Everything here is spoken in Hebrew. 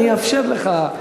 אני אאפשר לך.